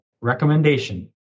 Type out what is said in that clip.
recommendation